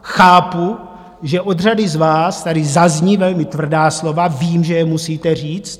Chápu, že od řady z vás tady zazní velmi tvrdá slova, vím, že je musíte říct.